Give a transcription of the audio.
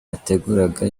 yateguraga